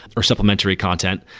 or supplementary content.